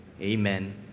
Amen